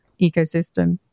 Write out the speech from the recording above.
ecosystem